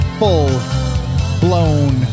full-blown